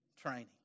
training